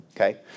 okay